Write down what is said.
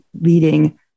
leading